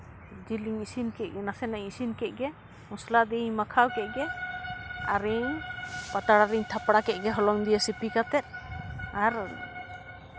ᱡᱤᱞᱤᱧ ᱤᱥᱤᱱ ᱱᱟᱥᱮᱱᱟᱜ ᱤᱧ ᱤᱥᱤᱱ ᱠᱮᱫ ᱜᱮ ᱢᱚᱥᱞᱟ ᱫᱤᱭᱮᱧ ᱢᱟᱠᱷᱟᱣ ᱠᱮᱫ ᱜᱮ ᱟᱨᱤᱧ ᱯᱟᱛᱲᱟ ᱨᱤᱧ ᱛᱷᱟᱯᱲᱟ ᱠᱮᱫ ᱜᱮ ᱦᱚᱞᱚᱝ ᱨᱮ ᱥᱤᱯᱤ ᱠᱟᱛᱮᱜ ᱟᱨ